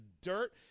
dirt